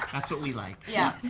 that's what we like yeah,